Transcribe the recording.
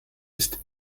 ist